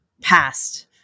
past